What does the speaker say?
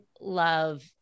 love